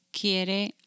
Quiere